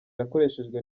yakoreshejwe